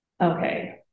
okay